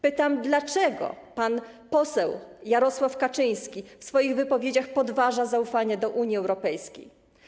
Pytam, dlaczego pan poseł Jarosław Kaczyński w swoich wypowiedziach podważa zaufanie do Unii Europejskiej.